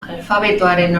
alfabetoaren